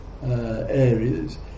Areas